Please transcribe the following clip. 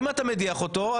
אם אתה מדיח אותו,